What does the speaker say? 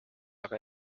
aga